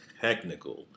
technical